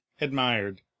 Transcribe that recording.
admired